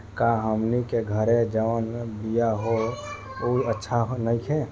का हमनी के घरे जवन बिया होला उ अच्छा नईखे?